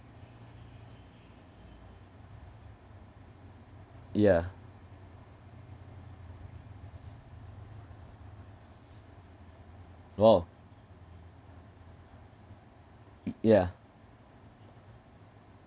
yeah orh yeah